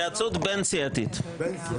(הישיבה נפסקה בשעה 11:24 ונתחדשה בשעה 11:29.) אם כך,